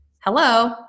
hello